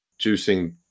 juicing